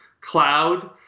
cloud